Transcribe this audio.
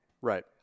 right